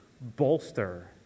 bolster